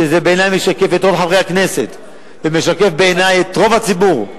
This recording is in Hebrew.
שזה משקף בעיני את רוב חברי הכנסת ומשקף בעיני את רוב הציבור,